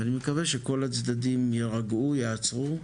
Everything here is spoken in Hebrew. ואני מקווה שכל הצדדים יירגעו, ייעצרו,